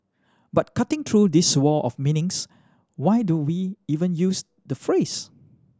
but cutting through this wall of meanings why do we even use the phrase